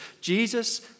Jesus